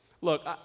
Look